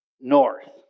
north